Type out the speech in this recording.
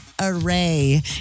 array